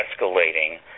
escalating